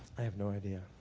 i have no idea.